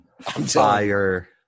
Fire